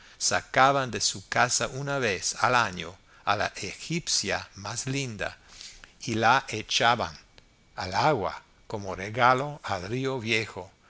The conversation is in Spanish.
hermosa sacaban de su casa una vez al año a la egipcia más linda y la echaban al agua como regalo al río viejo